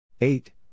Eight